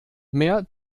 mehr